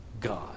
God